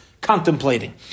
contemplating